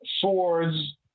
swords